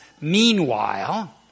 Meanwhile